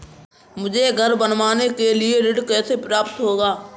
मुझे घर बनवाने के लिए ऋण कैसे प्राप्त होगा?